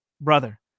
brother